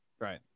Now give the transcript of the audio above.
Right